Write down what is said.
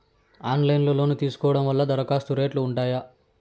Online లో loan తీసుకోవడం వల్ల దరఖాస్తు రేట్లు ఉంటాయా?